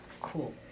Cool